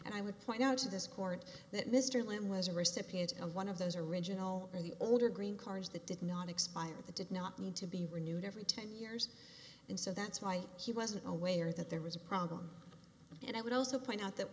and i would point out to this court that mr lim was a recipient of one of those original and the older green cards that did not expire the did not need to be renewed every ten years and so that's why he wasn't aware that there was a problem and i would also point out that